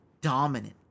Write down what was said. dominant